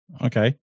Okay